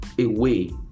away